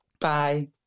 Bye